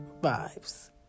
vibes